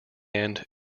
end